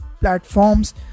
platforms